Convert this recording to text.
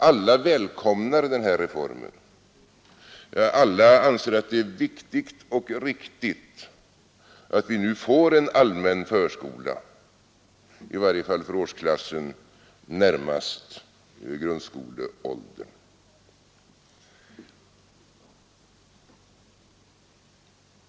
Alla välkomnar den här reformen. Alla anser att det är viktigt och riktigt att vi nu får en allmän förskola, i varje fall för årsklassen närmast grundskoleåldern.